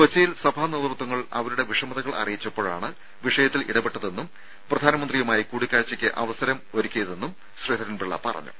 കൊച്ചിയിൽ സഭാ നേതൃത്വങ്ങൾ അവരുടെ വിഷമതകൾ അറിയിച്ചപ്പോഴാണ് വിഷയത്തിൽ ഇടപെട്ടതെന്നും പ്രധാനമന്ത്രിയുമായി കൂടിക്കാഴ്ചയ്ക്ക് അവസരം ഒരുക്കുകയും ചെയ്തതെന്ന് ശ്രീധരൻ പിള്ള പറഞ്ഞു